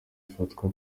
afatwa